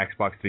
Xbox